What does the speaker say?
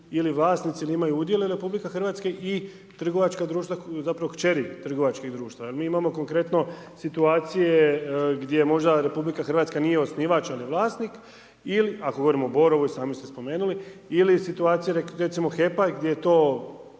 ili vlasnici ili imaju udjele RH i trgovačka društva, zapravo, kćeri trgovačkih društava. Jer mi imamo konkretno situacije gdje možda RH nije osnivač, al je vlasnik, ako govorimo o Borovu i sami ste spomenuli ili situacija recimo HEP-a gdje to